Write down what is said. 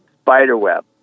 spiderweb